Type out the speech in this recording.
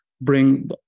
bring